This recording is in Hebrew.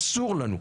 אסור לנו.